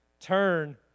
turn